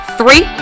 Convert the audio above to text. three